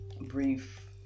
brief